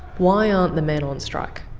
why aren't the men on strike?